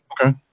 Okay